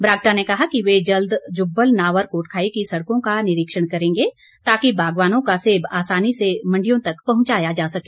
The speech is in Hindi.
बरागटा ने कहा कि वे जल्द जुब्बल नावर कोटखाई की सड़कों का निरीक्षण करेंगे ताकि बागवानों का सेब आसानी से मंडियों तक पहुंचाया जा सके